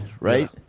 right